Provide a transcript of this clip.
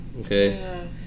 okay